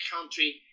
country